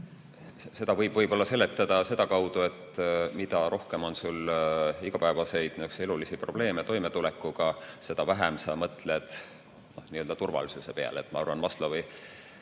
saab võib-olla seletada sedakaudu, et mida rohkem on sul igapäevaseid elulisi probleeme toimetulekuga, seda vähem sa mõtled turvalisuse peale. Ma arvan, et